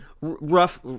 Rough